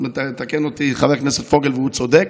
שניים, מתקן אותי חבר הכנסת פוגל, והוא צודק,